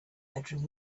bedroom